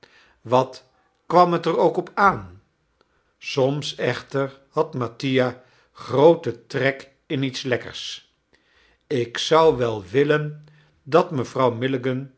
wat kwam het er ook op aan soms echter had mattia grooten trek in iets lekkers ik zou wel willen dat mevrouw milligan